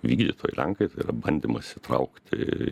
vykdytojai lenkai tai yra bandymas įtraukti